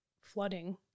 flooding